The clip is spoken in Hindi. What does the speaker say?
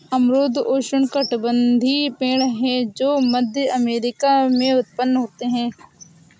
अमरूद उष्णकटिबंधीय पेड़ है जो मध्य अमेरिका में उत्पन्न होते है